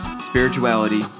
spirituality